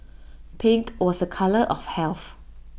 pink was A colour of health